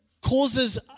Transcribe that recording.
causes